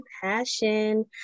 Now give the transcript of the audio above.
Passion